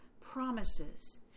promises